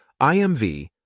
IMV